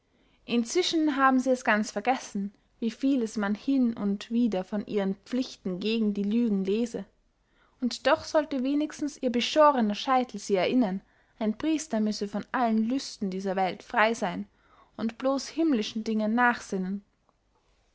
inzwischen haben sie es ganz vergessen wie vieles man hin und wieder von ihren pflichten gegen die lügen lese und doch sollte wenigstens ihr beschorner scheitel sie erinnern ein priester müsse von allen lüsten dieser welt frey seyn und blos himmlischen dingen nachsinnen